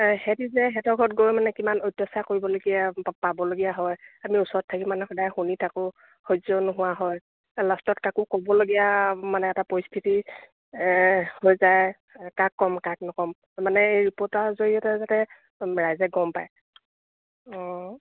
সিহঁতে যে সিহঁতৰ ঘৰত গৈ মানে কিমান অত্যাচাৰ কৰিবলগীয়া পাবলগীয়া হয় আমি ওচৰত থাকি মানে সদায় শুনি থাকোঁ সহ্য নোহোৱা হয় লাষ্টত কাকো ক'বলগীয়া মানে এটা পৰিস্থিতি হৈ যায় কাক ক'ম কাক নক'ম মানে এই ৰিপ'ৰ্টাৰৰ জৰিয়তে যাতে ৰাইজে গম পায় অঁ